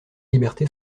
liberté